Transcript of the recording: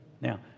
Now